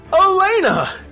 Elena